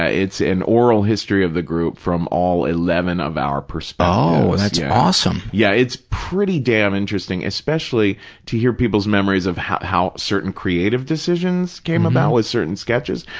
ah it's an oral history of the group from all eleven of our perspectives. oh, that's awesome. yeah, it's pretty damn interesting, especially to hear people's memories of how how certain creative decisions came about with certain sketches,